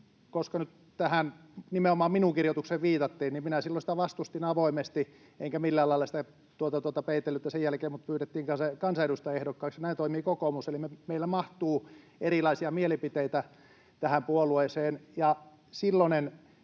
Koska nyt tähän nimenomaan minun kirjoitukseeni viitattiin, niin minä silloin sitä vastustin avoimesti enkä millään lailla sitä peitellyt, ja sen jälkeen minut pyydettiin kansanedustajaehdokkaaksi. Näin toimii kokoomus, eli meille mahtuu erilaisia mielipiteitä tähän puolueeseen.